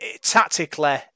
tactically